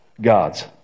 gods